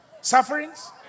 sufferings